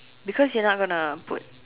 because you're not gonna put